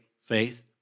faith